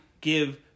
give